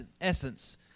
essence